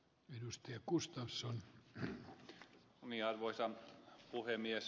minusta ja kustos on hänen omia arvoisa puhemies